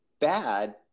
bad